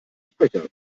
sprecher